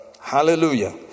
hallelujah